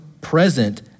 present